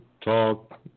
Talk